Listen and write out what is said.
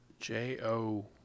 J-O-